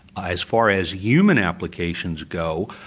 as far as human applications go,